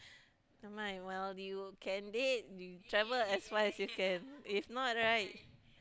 never mind while you can date you travel as far as you can if not right